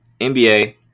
NBA